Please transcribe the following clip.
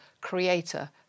creator